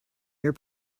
your